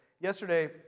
yesterday